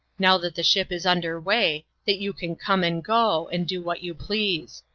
now that the ship is under way that you can come and go, and do what you please.